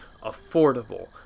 affordable